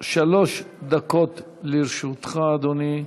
שלוש דקות לרשותך, אדוני.